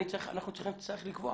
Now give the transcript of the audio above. אנחנו נצטרך לקבוע